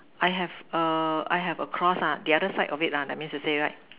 I have a I have a cross ah the other side of it lah that means to say right